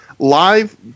Live